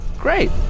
Great